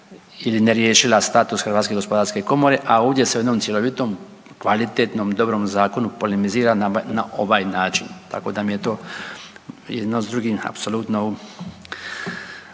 ili ne riješila status HGK, a ovdje se u jednom cjelovitom, kvalitetnom, dobrom zakonu polemizira na ovaj način, tako da mi je to jedno s drugim apsolutno,